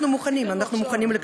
אנחנו מוכנים, אנחנו מוכנים לקראתך.